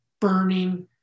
burning